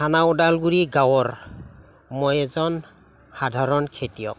থানা ওদালগুৰি গাঁৱৰ মই এজন সাধাৰণ খেতিয়ক